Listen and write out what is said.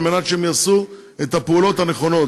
על מנת שהם יעשו את הפעולות הנכונות.